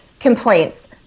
complaints